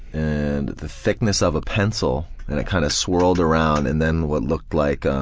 and the thickness of a pencil and it kind of swirled around and then what looked like